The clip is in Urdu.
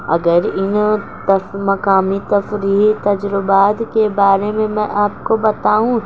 اگر انہوں مقامی تفریحی تجربات کے بارے میں میں آپ کو بتاؤں